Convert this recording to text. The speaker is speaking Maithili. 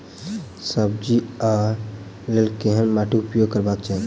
सब्जी कऽ लेल केहन माटि उपयोग करबाक चाहि?